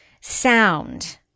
sound